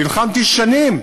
נלחמתי שנים,